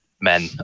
men